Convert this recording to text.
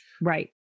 Right